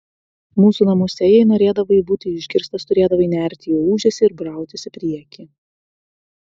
mūsų namuose jei norėdavai būti išgirstas turėdavai nerti į ūžesį ir brautis į priekį